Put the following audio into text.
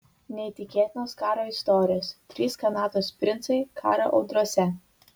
neįtikėtinos karo istorijos trys kanados princai karo audrose